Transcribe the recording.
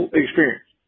experience